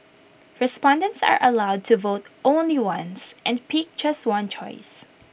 respondents are allowed to vote only once and pick just one choice